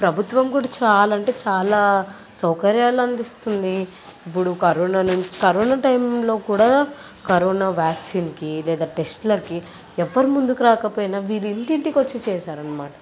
ప్రభుత్వం కూడా చాలా అంటే చాలా సౌకర్యాలు అందిస్తుంది ఇప్పుడు కరోనా నుంచి కరోనా టైంలో కూడా కరోనా వ్యాక్సిన్కి లేదా టెస్టులకి ఎవరూ ముందుకు రాకపోయినా వీళ్ళు ఇంటింటికి వచ్చి చేసారన్నమాట